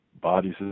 bodies